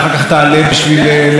נפלה טעות בדבריך.